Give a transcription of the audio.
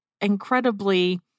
incredibly